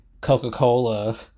coca-cola